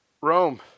Rome